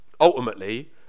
ultimately